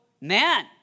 man